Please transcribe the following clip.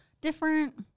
different